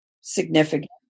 significant